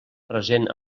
present